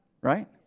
Right